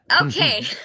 Okay